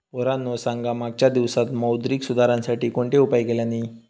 पोरांनो सांगा मागच्या दिवसांत मौद्रिक सुधारांसाठी कोणते उपाय केल्यानी?